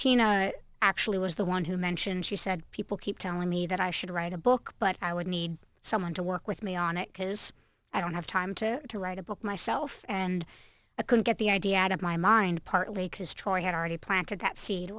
martina i actually was the one who mentioned she said people keep telling me that i should write a book but i would need someone to work with me on it because i don't have time to to write a book myself and a can get the idea out of my mind partly because troy had already planted that se